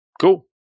Cool